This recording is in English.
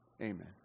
Amen